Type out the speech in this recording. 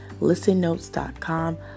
ListenNotes.com